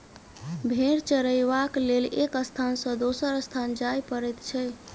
भेंड़ चरयबाक लेल एक स्थान सॅ दोसर स्थान जाय पड़ैत छै